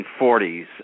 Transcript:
1940s